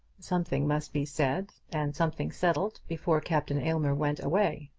something must be said and something settled before captain aylmer went away.